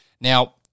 Now